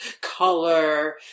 color